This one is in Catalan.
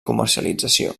comercialització